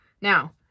Now